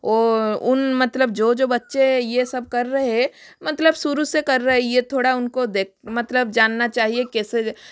वह उन मतलब जो जो बच्चे यह सब कर रहे है मतलब शुरू से कर रहे यह थोड़ा उनको देख मतलब जानना चाहिए कैसे